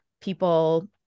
people